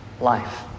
life